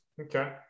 Okay